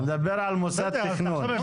אתה מדבר על מוסד תכנון.